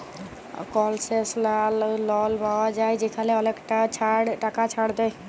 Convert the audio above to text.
কলসেশলাল লল পাউয়া যায় যেখালে অলেকটা টাকা ছাড় দেয়